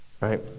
Right